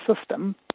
system